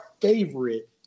favorite